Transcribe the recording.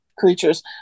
creatures